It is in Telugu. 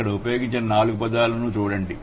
ఇక్కడ ఉపయోగించిన నాలుగు పదాలను చూడండి